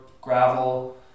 gravel